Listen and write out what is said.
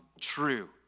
true